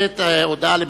בבקשה.